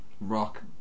Rock